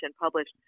published